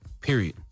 period